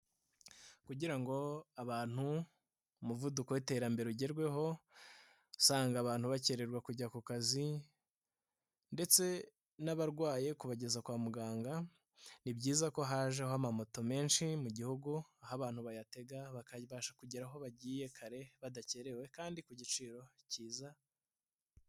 Kugira ngo abantu umuvuduko w'iterambere ugerweho, usanga abantu bakererwa kujya ku kazi ndetse n'abarwaye kubageza kwa muganga, ni byiza ko hajebaho amamoto menshi mu gihugu, aho abantu bayatega, bakayibasha kugera aho bagiye kare, badakenewe kandi ku giciro cyiza.